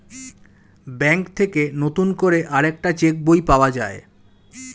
bank থেকে নতুন করে আরেকটা চেক বই পাওয়া যায়